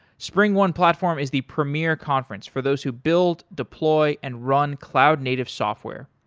springone platform is the premier conference for those who build, deploy and run cloud native software.